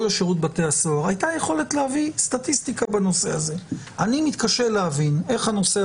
ועדת החוקה היו צריכים להפגין את המיומנות שלהם באקסל.